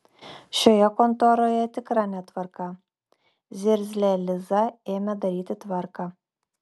šioje kontoroje tikra netvarka zirzlė liza ėmė daryti tvarką